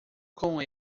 com